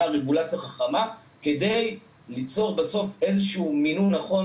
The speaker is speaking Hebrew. וחכמה כדי ליצור בסוף איזשהו מינון נכון,